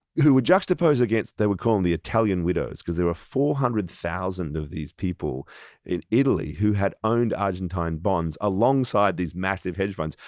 who were juxtaposed against, they would call them the italian widows, because there were four hundred thousand of these people in italy who had owned argentine bonds alongside these massive hedge funds.